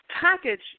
package